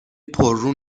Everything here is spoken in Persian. پررو